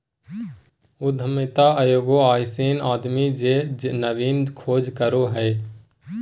उद्यमिता एगो अइसन आदमी जे नवीन खोज करो हइ